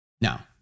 Now